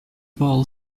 ball